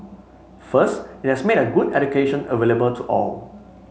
first it has made a good education available to all